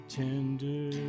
tender